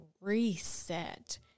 reset